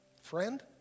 Friend